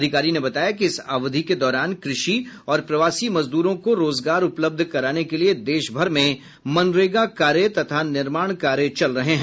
अधिकारी ने बताया कि इस अवधि के दौरान कृषि और प्रवासी मजदूरों को रोजगार उपलब्ध कराने के लिए देश भर में मनरेगाकार्य तथा निर्माण कार्य चल रहे हैं